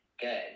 good